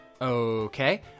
Okay